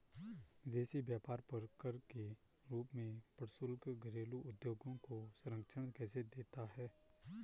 विदेशी व्यापार पर कर के रूप में प्रशुल्क घरेलू उद्योगों को संरक्षण कैसे देता है?